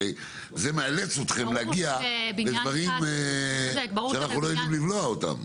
הרי זה מאלץ אתכם להגיע לדברים שאנחנו לא יודעים לבלוע אותם.